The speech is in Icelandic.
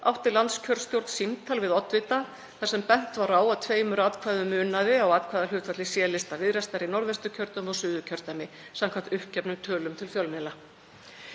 átti landskjörstjórn símtal við oddvita, þar sem bent var á að tveimur atkvæðum munaði á atkvæðahlutfalli C-lista Viðreisnar í Norðvesturkjördæmi og Suðurkjördæmi, samkvæmt uppgefnum tölum til fjölmiðla.